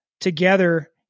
together